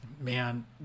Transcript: Man